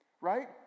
right